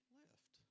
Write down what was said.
left